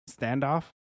standoff